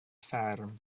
fferm